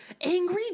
Angry